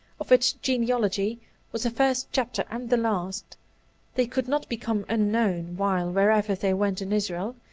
of which genealogy was the first chapter and the last they could not become unknown, while, wherever they went in israel,